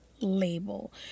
label